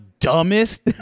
dumbest